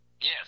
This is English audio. yes